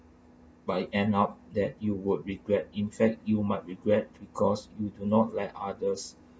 but end up that you would regret in fact you might regret because you do not let others